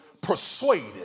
persuaded